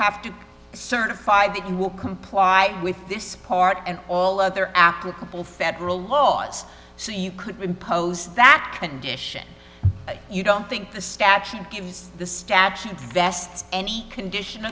have to certify that you will comply with this part and all other applicable federal laws so you could impose that condition you don't think the statute gives the statute vests any condition